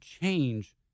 change